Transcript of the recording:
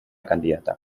candidata